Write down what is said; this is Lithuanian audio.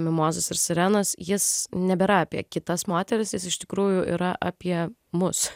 mimozos ir sirenos jis nebėra apie kitas moteris jis iš tikrųjų yra apie mus